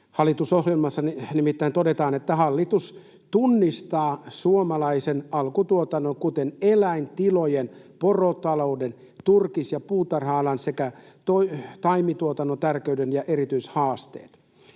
Hallitusohjelmassa nimittäin todetaan, että ”hallitus tunnistaa suomalaisen alkutuotannon, kuten eläintilojen, porotalouden, turkis- ja puutarha-alan sekä taimituotannon tärkeyden ja erityishaasteet”.